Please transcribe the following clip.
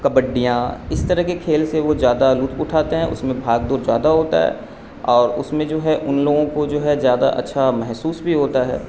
کبڈیاں اس طرح کے کھیل سے وہ زیادہ لطف اٹھاتے ہیں اس میں بھاگ دوڑ زیادہ ہوتا ہے اور اس میں جو ہے ان لوگوں کو جو ہے زیادہ اچھا محسوس بھی ہوتا ہے